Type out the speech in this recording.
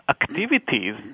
activities